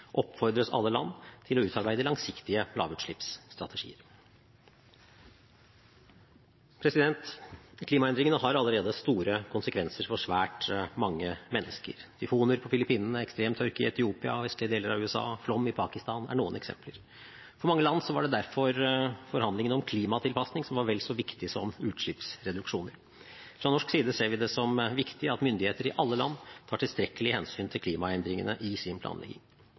oppfordres alle land til å utarbeide langsiktige lavutslippsstrategier. Klimaendringene har allerede store konsekvenser for svært mange mennesker: Tyfoner på Filippinene, ekstremtørke i Etiopia og vestlige deler av USA og flom i Pakistan er noen eksempler. For mange land var derfor forhandlingene om klimatilpasning vel så viktige som utslippsreduksjoner. Fra norsk side ser vi det som viktig at myndigheter i alle land tar tilstrekkelig hensyn til klimaendringene i sin planlegging.